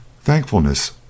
Thankfulness